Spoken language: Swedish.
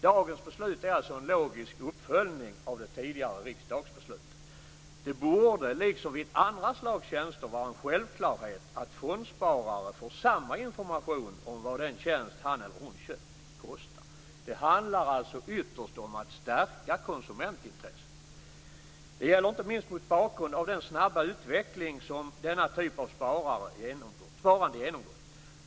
Dagens beslut är alltså en logisk uppföljning av det tidigare riksdagsbeslutet. Det borde, liksom vid andra slags tjänster, vara en självklarhet att fondsparare får samma information om vad den tjänst han eller hon köpt kostar. Det handlar alltså ytterst om att stärka konsumentintresset. Det gäller inte minst mot bakgrund av den snabba utveckling som denna typ av sparande genomgått.